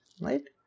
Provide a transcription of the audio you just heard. right